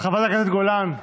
חברת הכנסת גולן.